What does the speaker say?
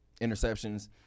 interceptions